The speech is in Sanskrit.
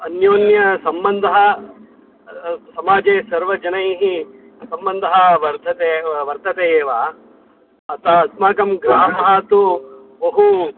अन्योन्यसम्बन्धः समाजे सर्वजनैः सम्बन्धः वर्धते वर्तते एव अतः अस्माकं ग्रामः तु बहु